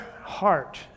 heart